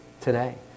today